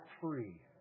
free